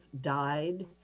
died